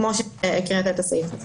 כמו שקראת את הסעיף.